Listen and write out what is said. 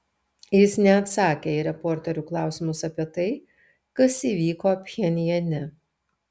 jis neatsakė į reporterių klausimus apie tai kas įvyko pchenjane